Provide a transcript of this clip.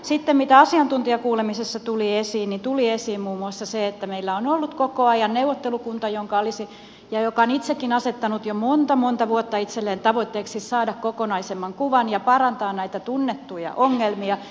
mutta mitä sitten asiantuntijakuulemisessa tuli esiin niin tuli esiin muun muassa se että meillä on ollut koko ajan neuvottelukunta joka on itsekin asettanut jo monta monta vuotta itselleen tavoitteeksi saada kokonaisemman kuvan ja parantaa näitä tunnettuja ongelmia